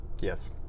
Yes